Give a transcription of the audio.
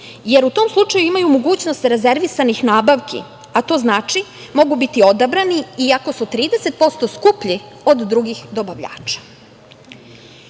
jer u tom slučaju imaju mogućnost rezervisanih nabavki, a to znači mogu biti odabrani, iako su 30% skuplji od drugih dobavljača. Kontrola,